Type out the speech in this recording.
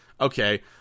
Okay